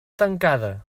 tancada